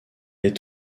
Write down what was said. est